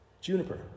Juniper